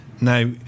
now